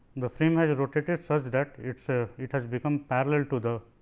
the frame has rotated such that its ah it has become parallel to the